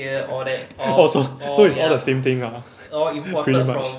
oh so so is all the same thing lah pretty much